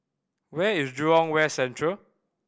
where is Jurong West Central